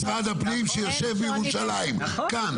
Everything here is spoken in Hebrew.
משרד הפנים שיושב בירושלים, כאן.